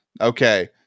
Okay